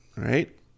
right